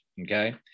Okay